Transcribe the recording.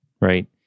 right